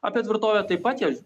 apie tvirtovę taip pat jie